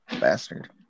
bastard